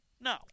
No